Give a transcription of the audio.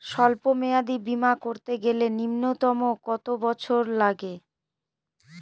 সল্প মেয়াদী বীমা করতে গেলে নিম্ন কত বছর লাগে?